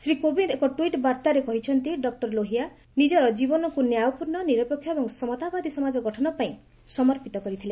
ଶ୍ରୀ କୋବିନ୍ ଏକ ଟ୍ୱିଟ୍ ବାର୍ତ୍ତାରେ କହିଛନ୍ତି ଡକ୍ଟର ଲୋହିଆ ନିଜର ଜୀବନକୁ ନ୍ୟାୟପୂର୍ଣ୍ଣ ନିରପେକ୍ଷ ଏବଂ ସମତାବାଦୀ ସମାଜ ଗଠନପାଇଁ ସମର୍ପିତ କରିଥିଲେ